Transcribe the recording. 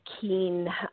keen